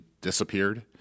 disappeared